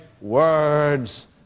words